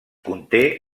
conté